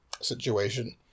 situation